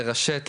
לרשת,